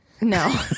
No